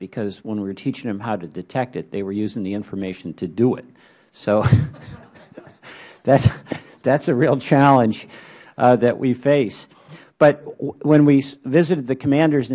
because when we were tearing them how to detect it they were using the information to do it so that is a real challenge that we face but when we visited the commanders